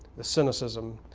the cynicism,